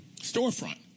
storefront